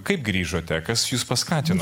kaip grįžote kas jus paskatino